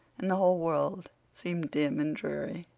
and the whole world seemed dim and dreary.